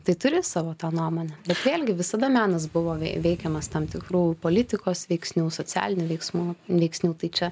tai turi savo tą nuomonę bet vėlgi visada menas buvo veikiamas tam tikrų politikos veiksnių socialinių veiksmų veiksnių tai čia